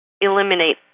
eliminate